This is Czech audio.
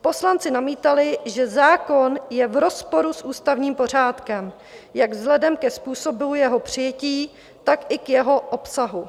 Poslanci namítali, že zákon je v rozporu s ústavním pořádkem jak vzhledem ke způsobu jeho přijetí, tak i k jeho obsahu.